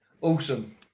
Awesome